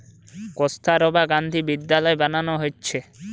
কস্তুরবা গান্ধী বিদ্যালয় বানানা হচ্ছে